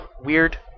weird